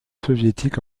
soviétiques